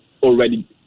already